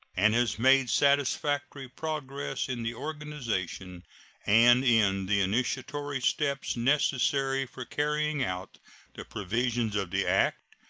and has made satisfactory progress in the organization and in the initiatory steps necessary for carrying out the provisions of the act,